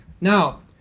now